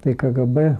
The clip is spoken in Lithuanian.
tai kgb